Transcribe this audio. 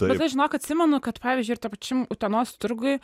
bet aš žinok atsimenu kad pavyzdžiui ir tam pačiam utenos turguj